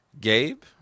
Gabe